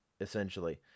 essentially